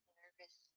nervous